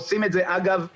עושים את זה בכפיה.